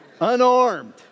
unarmed